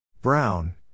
Brown